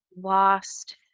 lost